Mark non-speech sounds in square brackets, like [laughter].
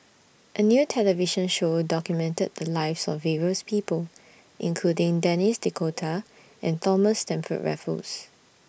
A New television Show documented The Lives of various People including Denis D'Cotta and Thomas Stamford [noise] Raffles